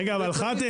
רגע אבל חתאם,